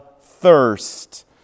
thirst